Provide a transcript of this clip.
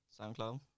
SoundCloud